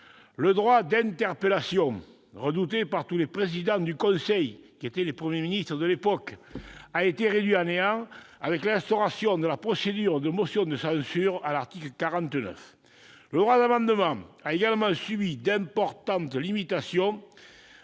Le droit d'interpellation, redouté par tous les présidents du Conseil, qui étaient les Premiers ministres de l'époque, a été réduit à néant avec l'instauration de la procédure de motion de censure à l'article 49. Le droit d'amendement a également subi d'importantes limitations,